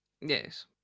Yes